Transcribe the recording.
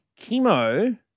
chemo